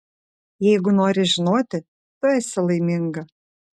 jeigu nori žinoti tu esi laiminga